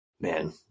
man